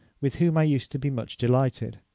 with whom i used to be much delighted.